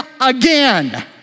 again